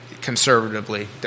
conservatively